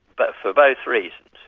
but for both reasons.